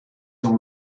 dans